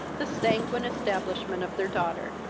the sanguine establishment of their daughter